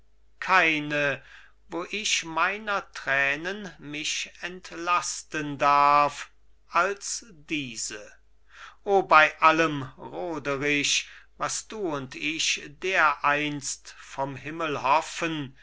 keine wo ich meiner tränen mich entlasten darf als diese o bei allem roderich was du und ich dereinst im himmel hoffen